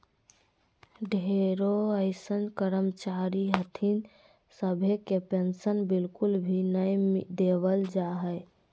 ढेरो अइसन कर्मचारी हथिन सभे के पेन्शन बिल्कुल भी नय देवल जा हय